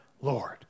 Lord